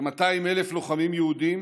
כ-200,000 לוחמים יהודים